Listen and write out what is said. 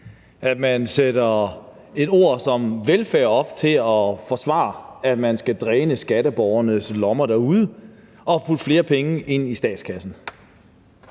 at man sætter et ord som velfærd op til at forsvare, at man skal dræne skatteborgernes lommer derude og putte flere penge ind i statskassen.